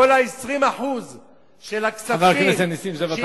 כל ה-20% של הכספים, חבר הכנסת נסים זאב.